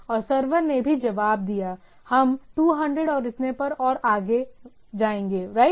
और सर्वर ने भी जवाब दिया हम 200 और इतने पर और आगे राइट